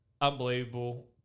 unbelievable